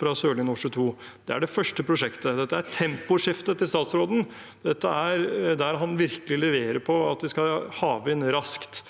fra Sørlige Nordsjø II, og det er det første prosjektet. Dette er temposkiftet til statsråden. Dette er der han virkelig leverer på at vi skal ha havvind raskt.